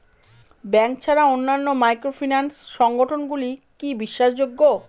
Bank ছাড়া অন্যান্য microfinance সংগঠন গুলি কি বিশ্বাসযোগ্য?